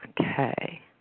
Okay